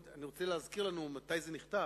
אני רוצה להזכיר לנו מתי זה נכתב,